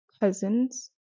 cousins